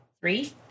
Three